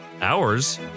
hours